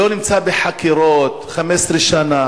לא נמצא בחקירות 15 שנה.